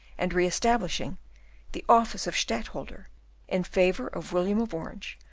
and re-establishing the office of stadtholder in favour of william of orange,